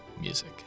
Music